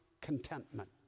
contentment